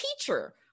teacher